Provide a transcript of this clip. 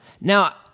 Now